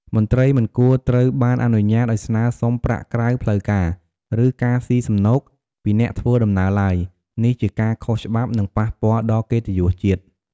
មន្ត្រីមិនគួរត្រូវបានអនុញ្ញាតឱ្យស្នើសុំប្រាក់ក្រៅផ្លូវការ ឬ ការស៊ីសំណូក ពីអ្នកធ្វើដំណើរឡើយ នេះជាការខុសច្បាប់ និងប៉ះពាល់ដល់កិត្តិយសជាតិ។